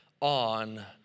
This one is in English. on